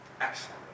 Excellent